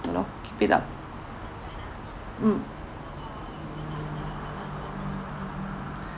ya lor keep it up mm